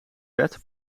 bed